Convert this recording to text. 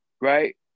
right